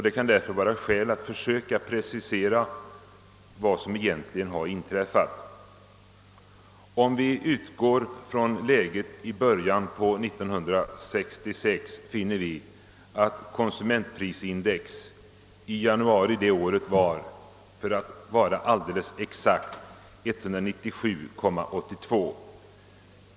Det kan därför vara skäl att försöka precisera vad som egentligen har hänt: Om vi utgår från läget i början av år 1966 finner vi att konsumentprisindex i januari det året, för att vara alldeles exakt, var 197,82.